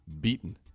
Beaten